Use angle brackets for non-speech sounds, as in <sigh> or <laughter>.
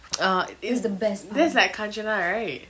<noise> ah it's that's like kanchana right